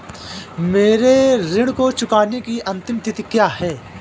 मेरे ऋण को चुकाने की अंतिम तिथि क्या है?